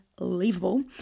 unbelievable